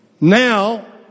Now